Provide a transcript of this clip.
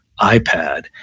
iPad